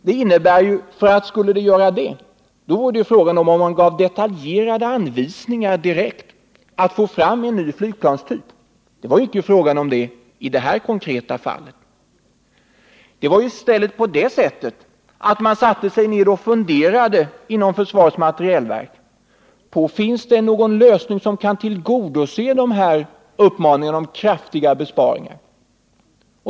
Då skulle det krävas att det var fråga om detaljerade anvisningar för att få fram en ny flygplanstyp, men det rörde det sig ju inte om i detta konkreta fall. Det var i stället på det sättet att man inom försvarets materielverk satte sig ned och funderade på om det fanns någon lösning som kunde tillgodose dessa uppmaningar om kostnadsbesparingar.